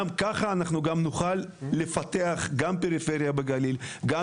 כך נוכל גם לפתח את הפריפריה בגליל וגם